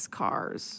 cars